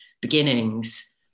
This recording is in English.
beginnings